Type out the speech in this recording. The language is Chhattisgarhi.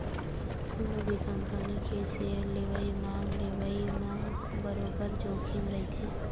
कोनो भी कंपनी के सेयर लेवई, बांड लेवई म बरोबर जोखिम रहिथे